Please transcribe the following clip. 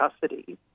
custody